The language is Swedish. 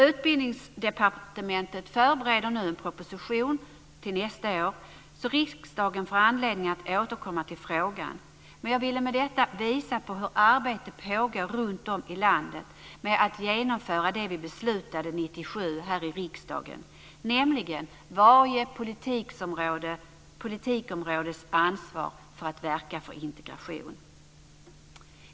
Utbildningsdepartementet förbereder nu en proposition till nästa år, så riksdagen får anledning att återkomma till frågan. Men jag ville med detta visa hur arbetet pågår runt om i landet med att genomföra det vi beslutade 1997 här i riksdagen, nämligen varje politikområdes ansvar att verka för integration.